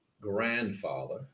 grandfather